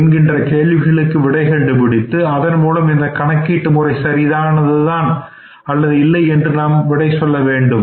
என்கின்ற கேள்விகளுக்கு விடை கண்டுபிடித்து அதன்மூலம் இந்த கணக்கீட்டு முறை சரியானதுதான் அல்லது இல்லை என்று விடை கண்டுபிடிக்க முடியும்